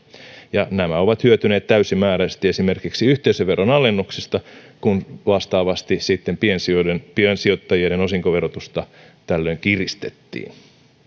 ja nämä ovat hyötyneet täysimääräisesti esimerkiksi yhteisöveron alennuksesta kun vastaavasti sitten piensijoittajien piensijoittajien osinkoverotusta tällöin kiristettiin